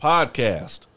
Podcast